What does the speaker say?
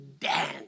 dance